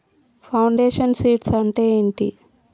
Foundation seeds అంటే ఏంటి?